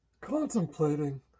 contemplating